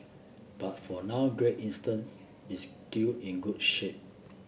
but for now Great Eastern is still in good shape